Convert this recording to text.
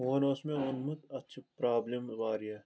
phone اوس مےٚ اوٚنمُت اَتھ چھِ پرابلِم واریاہ